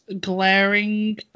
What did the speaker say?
glaring